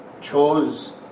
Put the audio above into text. chose